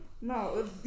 No